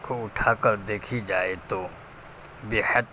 کو اٹھا کر دیکھی جائے تو بےحد